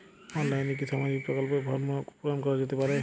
অনলাইনে কি সামাজিক প্রকল্পর ফর্ম পূর্ন করা যেতে পারে?